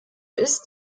ist